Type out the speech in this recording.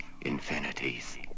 infinities